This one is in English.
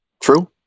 true